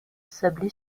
sablé